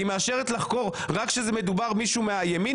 היא מאשרת לחקור רק כשמדובר במישהו מהימין?